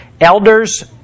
elders